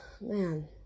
man